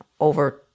over